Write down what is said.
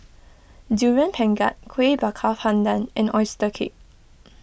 Durian Pengat Kueh Bakar Pandan and Oyster Cake